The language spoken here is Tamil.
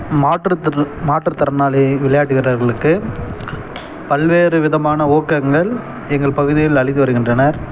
மாற்றுத்திறன் மாற்றுத்திறனாளி விளையாட்டு வீரர்களுக்கு பல்வேறு விதமான ஊக்கங்கள் எங்கள் பகுதியில் அளித்து வருகின்றனர்